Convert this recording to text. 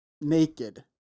naked